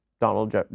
Donald